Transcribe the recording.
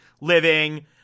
living